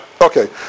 okay